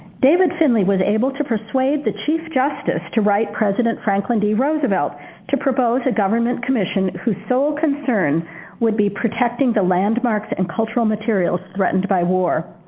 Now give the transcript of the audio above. david finley was able to persuade the chief justice to write president franklin d. roosevelt to propose a government commission whose sole concern would be protecting the landmarks and cultural materials threatened by war.